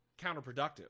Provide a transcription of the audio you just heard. counterproductive